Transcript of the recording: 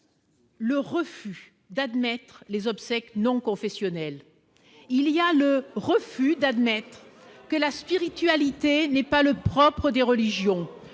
Le refus d'admettre les obsèques non confessionnel, il y a le refus d'admettre que la spiritualité n'est pas le propre des religions